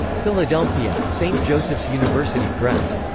philadelphia saint joseph's university press.